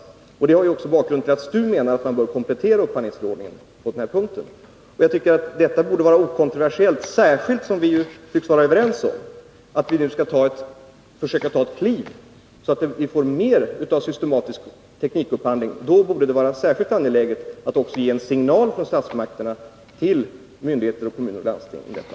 Det var också bakgrunden till att STU menade att man bör komplettera upphandlingsförordningen på den här punkten. Jag tycker att detta borde vara okontroversiellt, särskilt som vi tycks vara överens om att vi nu skall försöka ta ett kliv så att vi får till stånd mer av systematisk teknikupphandling. Det borde då vara särskilt angeläget för statsmakterna att också ge en signal till myndigheter, kommuner och landsting om detta.